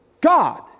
God